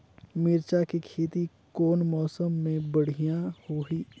मिरचा के खेती कौन मौसम मे बढ़िया होही?